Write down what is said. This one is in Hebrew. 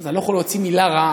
אז אני לא יכול להוציא מילה רעה,